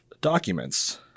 documents